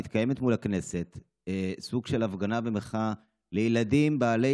מתקיימת מול הכנסת סוג של הפגנה ומחאה לילדים בעלי